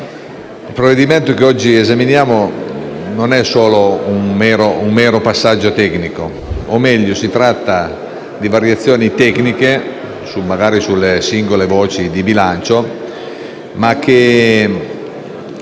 I provvedimenti che oggi esaminiamo non rappresentano un mero passaggio tecnico, o meglio si tratta di variazioni tecniche, magari sulle singole voci di bilancio, ma che